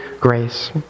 grace